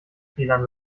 fehlern